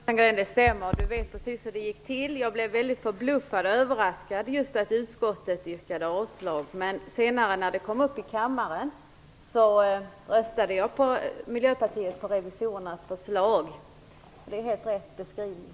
Fru talman! Det stämmer, Per Rosengren. Det var precis som det gick till. Jag blev väldigt förbluffad över och överraskad av att utskottet yrkade avslag. Men när ärendet senare kom upp i kammaren röstade jag och Miljöpartiet för revisorernas förslag. Det är en helt korrekt beskrivning.